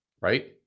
right